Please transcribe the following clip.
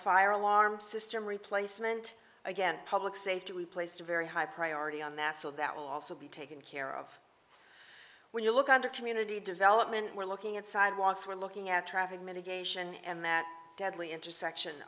fire alarm system replacement again public safety we placed a very high priority on that so that will also be taken care of when you look under community development we're looking at sidewalks we're looking at traffic mitigation and that deadly intersection